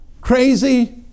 crazy